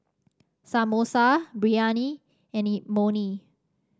Samosa Biryani and Imoni